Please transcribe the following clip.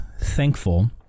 thankful